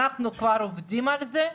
האם אנחנו כבר עובדים על זה?